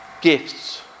gifts